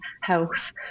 health